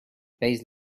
pays